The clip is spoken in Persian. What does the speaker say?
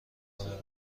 اورد